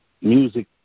music